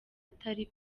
atari